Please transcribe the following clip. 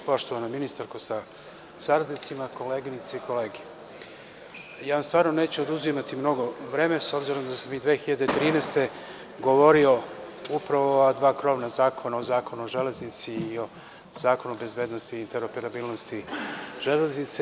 Poštovana ministarko sa saradnicima, koleginice i kolege, stvarno neću oduzimati mnogo vremena, s obzirom da sam i 2013. godine govorio upravo o ova dva krovna zakona, o Zakonu o železnici i o Zakonu o bezbednosti i interoperabilnosti železnice.